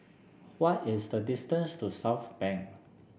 what is the distance to Southbank